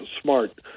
Smart